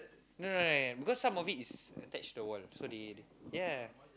no no no no no because some of it is attached to one so they ya